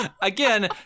again